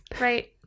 Right